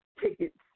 tickets